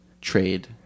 trade